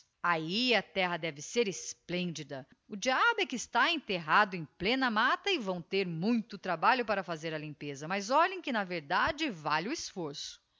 ahi a terra deve ser esplendida o diabo é que está enterrado em plena matta e vão ter muito trabalho para fazer a limpa alas olhem que na verdade vale o